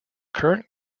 current